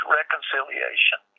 reconciliation